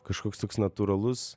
kažkoks toks natūralus